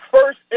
first